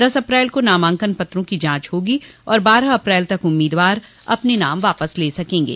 दस अप्रैल को नामांकन पत्रों की जांच होगी और बारह अप्रैल तक उम्मीदवार अपने नाम वापस ले सकेंगे